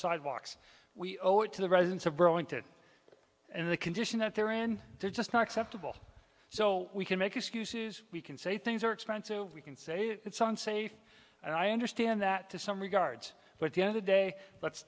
sidewalks we owe it to the residents of burlington and the condition out there and they're just not acceptable so we can make excuses we can say things are expensive we can say it's unsafe and i understand that to some regards but you know today let's